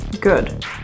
Good